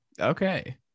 Okay